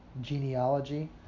genealogy